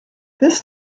this